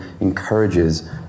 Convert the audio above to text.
encourages